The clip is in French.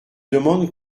demande